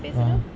ya